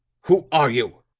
who are you?